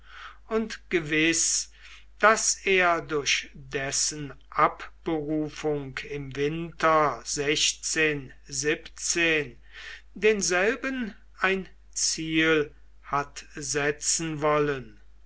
und gewiß daß er durch dessen abberufung im winter denselben ein ziel hat setzen wollen